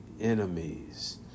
enemies